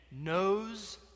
knows